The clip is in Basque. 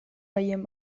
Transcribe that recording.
gehien